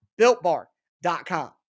BuiltBar.com